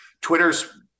Twitter's